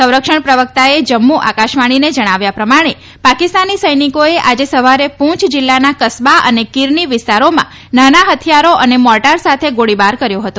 સંરક્ષણ પ્રવકતાએ જમ્મુ આકાશવાણીને જણાવ્યા પ્રમાણે પાકિસ્તાની સૈનિકોએ આજે સવારે પૂંછ જિલ્લાના કસ્બા અને કિરની વિસ્તારોમાં નાના હથિયારો વડે અને મોર્ટાર સાથે ગોળીબાર કર્યો હતો